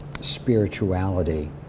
spirituality